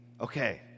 okay